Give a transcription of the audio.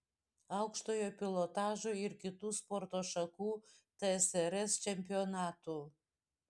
aukštojo pilotažo ir kitų sporto šakų tsrs čempionatų